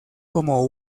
como